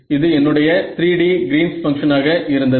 இது என்னுடைய 3D Greens பங்ஷனாக Greens function இருந்தது